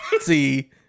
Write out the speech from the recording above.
See